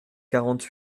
quarante